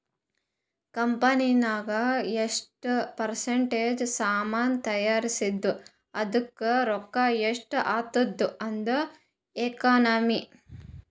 ಕಂಪನಿದಾಗ್ ಎಷ್ಟ ಪರ್ಸೆಂಟ್ ಸಾಮಾನ್ ತೈಯಾರ್ಸಿದಿ ಅದ್ದುಕ್ ರೊಕ್ಕಾ ಎಷ್ಟ ಆತ್ತುದ ಅದು ಎಕನಾಮಿ